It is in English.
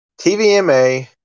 TVMA